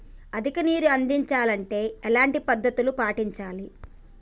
అధిక నీరు అందించాలి అంటే ఎలాంటి పద్ధతులు పాటించాలి?